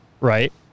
right